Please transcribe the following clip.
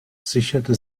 sicherte